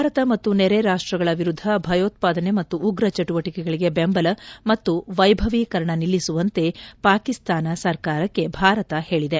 ಭಾರತ ಮತ್ತು ನೆರೆ ರಾಷ್ಟಗಳ ವಿರುದ್ದ ಭಯೋತ್ಪಾದನೆ ಮತ್ತು ಉಗ್ರ ಚಟುವಟಕೆಗಳಗೆ ಬೆಂಬಲ ಮತ್ತು ವೈಭವೀಕರಣ ನಿಲ್ಲಿಸುವಂತೆ ಪಾಕಿಸ್ತಾನ ಸರ್ಕಾರಕ್ಕೆ ಭಾರತ ಹೇಳಿದೆ